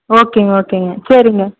ஓகேங்க ஓகேங்க சரிங்க